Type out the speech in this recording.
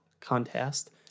contest